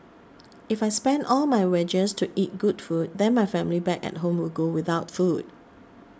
if I spend all my wages to eat good food then my family back at home will go without food